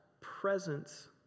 presence